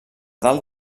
dalt